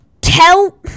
tell